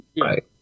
Right